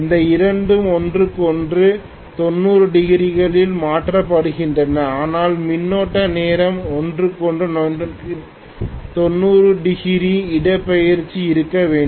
இந்த இரண்டும் ஒன்றுக்கொன்று 90 டிகிரி களால் மாற்றப்படுகின்றன ஆனால் மின்னோட்ட நேரம் ஒன்றுக்கொன்று 90 டிகிரி இடப்பெயர்ச்சி இருக்க வேண்டும்